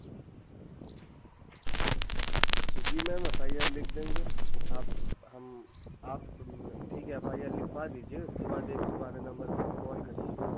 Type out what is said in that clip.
ji ma'am F I R लिख देंगे आप हम आप ठीक है एफ आइ आर लिखवा दीजिए उसके बाद एक सौ बारह नंबर पर आप कॉल करिएगा